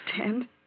understand